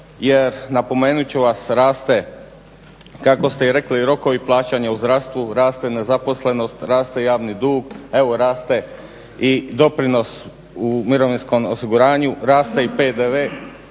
Jer napomenut ću vas raste, kako ste i rekli, rokovi plaćanja u zdravstvu, raste nezaposlenost, raste javni dug, evo raste i doprinos u mirovinskom osiguranju, raste i PDV.